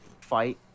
fight